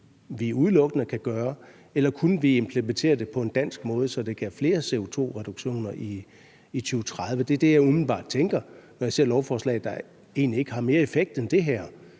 vi udelukkende kan gøre, eller kunne vi implementere det på en dansk måde, så det gav flere CO2-reduktioner i 2030? Det er det, jeg umiddelbart tænker, når jeg ser lovforslaget, der egentlig ikke har mere effekt end det her.